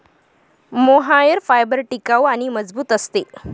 mohair fibre टिकाऊ आणि मजबूत असते